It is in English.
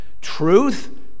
Truth